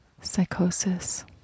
Psychosis